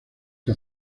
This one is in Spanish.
que